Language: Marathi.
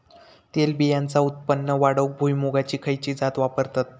तेलबियांचा उत्पन्न वाढवूक भुईमूगाची खयची जात वापरतत?